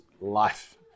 life